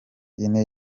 ine